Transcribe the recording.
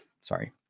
sorry